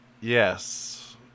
Yes